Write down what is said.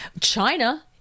China